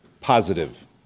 positive